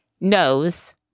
knows